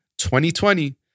2020